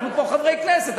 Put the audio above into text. אנחנו פה חברי כנסת,